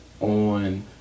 on